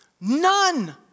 None